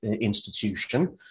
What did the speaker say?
institution